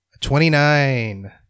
Twenty-nine